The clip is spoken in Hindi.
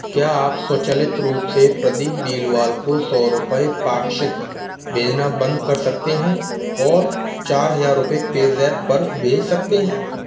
क्या आप स्वचालित रूप से प्रदीप बिलवाल को सौ रुपये पाक्षिक भेजना बंद कर सकते हैं और चार हज़ार रुपये पेजैप पर भेज सकते हैं